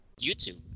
YouTube